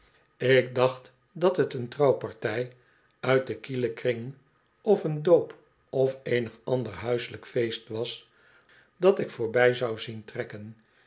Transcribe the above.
ik dacht dat het een trouwpartij uit den kielen kring of een doop of eenig ander huiselijk feest was dat ik voorbij zou zien trekken